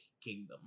Kingdom